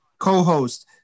co-host